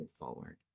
forward